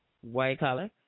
white-collar